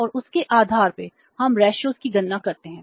और उसके आधार पर हम रेशों है